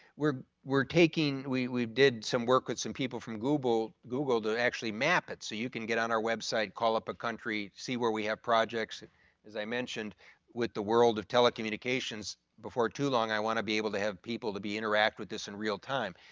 we're we're taking we we did some work with some people from google google to actually map it. so you can get on our website, call up a country, see where we have projects as i mentioned with the world of telecommunications before too long i wanna be able to have people to interact with this in real time.